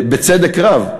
בצדק רב,